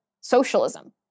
socialism